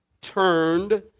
turned